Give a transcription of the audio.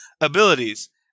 abilities